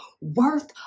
worth